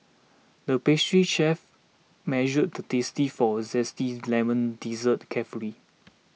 the pastry chef measured the tasty for a zesty Lemon Dessert carefully